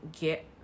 get